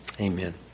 Amen